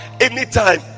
Anytime